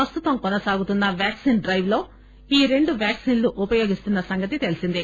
ప్రస్తుతం కొనసాగుతున్న vaccine drive లో ఈ రెండు వ్యాక్సిన్లు ఉపయోగిస్తున్న సంగతి తెల్సిందే